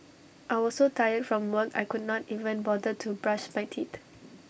I was so tired from work I could not even bother to brush my teeth